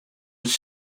was